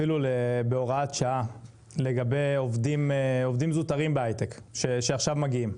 אפילו בהוראת שעה לגבי עובדים זוטרים בהיי-טק שעכשיו מגיעים,